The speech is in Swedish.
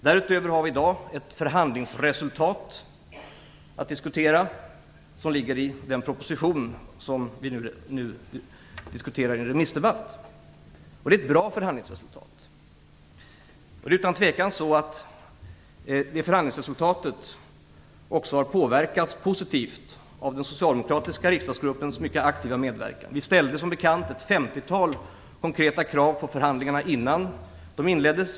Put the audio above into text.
Dessutom har vi i dag ett förhandlingsresultat att diskutera. Det ligger i den proposition som vi nu diskuterar i en remissdebatt. Det är ett bra förhandlingsresultat. Det är utan tvivel så att det förhandlingsresultatet också har påverkats positivt av den socialdemokratiska riksdagsgruppens mycket aktiva medverkan. Vi hade som bekant ett femtiotal konkreta krav på förhandlingarna innan de inleddes.